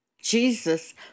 Jesus